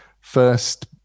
first